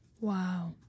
Wow